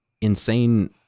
insane